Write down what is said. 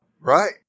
Right